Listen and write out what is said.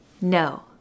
No